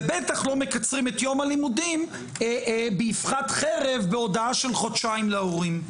ובטח לא מקצרים את יום הלימודים באבחת חרב בהודעה של חודשיים להורים.